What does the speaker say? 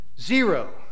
Zero